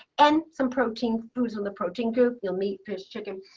and some protein, foods in the protein group. you'll meet fish, chicken,